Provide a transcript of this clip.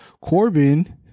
corbin